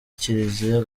kiliziya